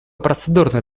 процедурный